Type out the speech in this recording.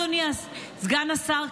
אדוני סגן השרה,